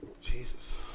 Jesus